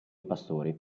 pastori